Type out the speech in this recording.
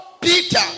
Peter